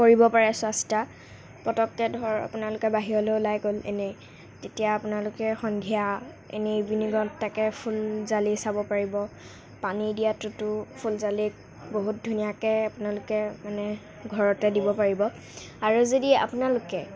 কৰিব পাৰে চোৱাচিতা পটকৈ ধৰক আপোনালোকে বাহিৰলৈ ওলাই গ'ল এনেই তেতিয়া আপোনালোকে সন্ধ্য়া এনেই ইভিনিঙত তাকে ফুলজালি চাব পাৰিব পানী দিয়াটোতো ফুলজালিক বহুত ধুনীয়াকৈ আপোনালোকে মানে ঘৰতে দিব পাৰিব আৰু যদি আপোনালোকে